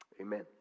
Amen